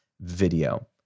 video